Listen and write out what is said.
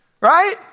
right